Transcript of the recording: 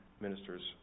ministers